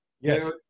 Yes